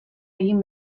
egin